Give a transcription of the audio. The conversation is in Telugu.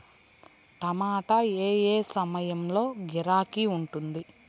టమాటా ఏ ఏ సమయంలో గిరాకీ ఉంటుంది?